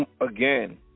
Again